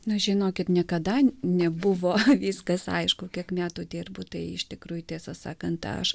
na žinokit niekada nebuvo viskas aišku kiek metų dirbu tai iš tikrųjų tiesą sakant aš